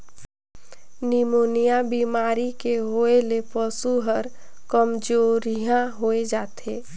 pneumonia बेमारी के होय ले पसु हर कामजोरिहा होय जाथे